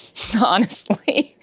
honestly.